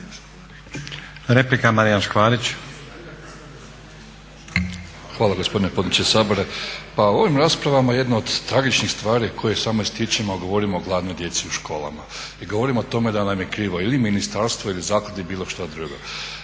Marijan (HNS)** Hvala gospodine potpredsjedniče Sabora. Pa ovim raspravama jedno od tragičnih stvari koje samo ističemo a govorimo o gladnoj djeci u školama i govorimo o tome da nam je krivo ili ministarstvo, ili zaklada ili bilo što drugo.